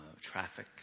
traffic